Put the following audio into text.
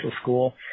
school